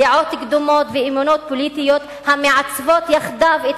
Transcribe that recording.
דעות קדומות ואמונות פוליטיות המעצבות יחדיו את